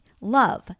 love